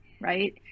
right